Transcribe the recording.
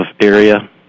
area